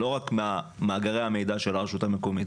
לא רק ממאגרי המידע של הרשות המקומית,